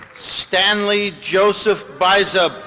stanley joseph biza.